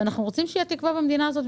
ואנחנו רוצים שתהיה תקווה במדינה הזאת.